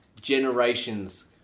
Generations